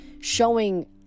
showing